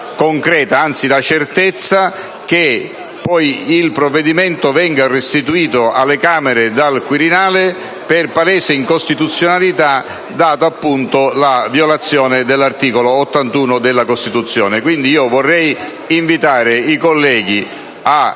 anzi la certezza, che il provvedimento poi venga restituito alle Camere dal Quirinale per palese incostituzionalità, data la violazione dell'articolo 81 della Costituzione. Quindi, vorrei invitare i colleghi a